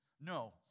No